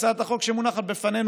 הצעת החוק שמונחת בפנינו,